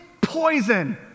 poison